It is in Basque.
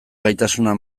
gaitasuna